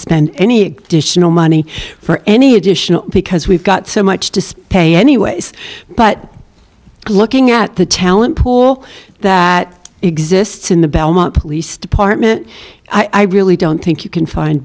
spend any dish no money for any additional because we've got so much to spay anyways but looking at the talent pool that exists in the belmont police department i really don't think you can find